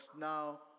now